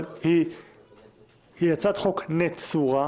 אבל היא הצעת חוק נצורה,